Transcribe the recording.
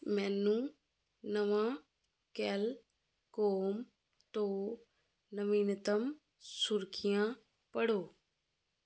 ਮੈਨੂੰ ਨਵਾਕੈਲਕੋਮ ਤੋਂ ਨਵੀਨਤਮ ਸੁਰਖੀਆਂ ਪੜ੍ਹੋ